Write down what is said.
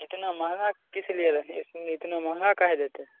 इतना महँगा किस लिए रहें इतन इतना महँगा काहे देते हैं